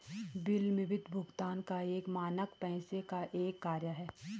विलम्बित भुगतान का मानक पैसे का एक कार्य है